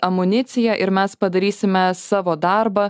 amuniciją ir mes padarysime savo darbą